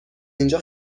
اینجا